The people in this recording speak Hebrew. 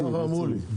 ככה אמרו לי.